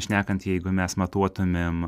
šnekant jeigu mes matuotumėm